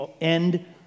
end